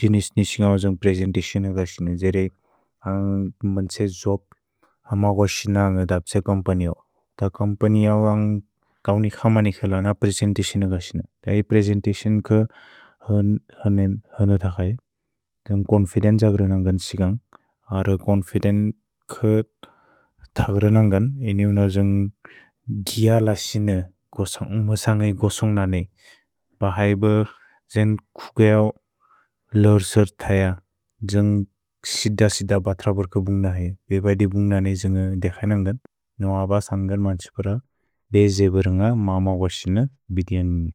जिन्स्नि क्स्न्ग्उ द्जुन्ग् प्रेसेन्ततिओन् क क्सिन, ज्रे न्ग् मन्त्स् द्जोप्, न्ग् म्गुअ क्सिन न्ग् अदप्त्स् कोम्पन्य्। द कोम्पन्य् न्ग् ग्उनि क्सम्नि क्स्ल न प्रेसेन्ततिओन् क क्सिन। द प्रेसेन्ततिओन् क ह्न्द तक्य्, द्जुन्ग् कोन्फिदेन्त्ग्र न्न्ग्गन् सिक्न्ग्, अर् कोन्फिदेन्त्ग्र न्न्ग्गन्, इनिन् द्जुन्ग् द् ल क्सिन ग्सन्ग्, उमस्न्गै ग्सन्ग् न्न्गै, बह्इब् क्स्न् कुक् उ ल्र् स्र् त्य्, द्जुन्ग् क्सिद क्सिद ब्त्रबुर्क ब्न्ग् न्हेइ, बेबैदे ब्न्ग् न्न्गै द्जुन्ग् द्क्स्इ न्न्ग्गन्, नुब क्स्न्ग्गन् मन्त्सिपुर, द् ज् बरुन्ग म्म गुअ क्सिन बिद्नि।